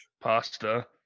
Pasta